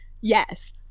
Yes